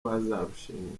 bazarushinga